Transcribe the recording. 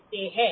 देखते हैं